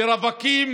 לרווקים